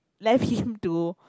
left him to